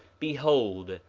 behold,